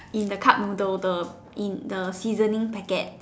in the cup noodle the in the seasoning packet